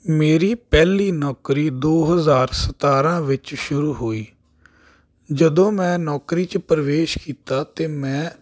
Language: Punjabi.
ਮੇਰੀ ਪਹਿਲੀ ਨੌਕਰੀ ਦੋ ਹਜ਼ਾਰ ਸਤਾਰਾਂ ਵਿੱਚ ਸ਼ੁਰੂ ਹੋਈ ਜਦੋਂ ਮੈਂ ਨੌਕਰੀ 'ਚ ਪ੍ਰਵੇਸ਼ ਕੀਤਾ ਤਾਂ ਮੈਂ